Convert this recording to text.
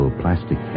plastic